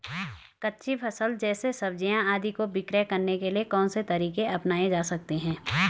कच्ची फसल जैसे सब्जियाँ आदि को विक्रय करने के लिये कौन से तरीके अपनायें जा सकते हैं?